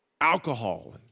alcohol